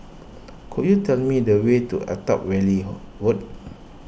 could you tell me the way to Attap Valley Road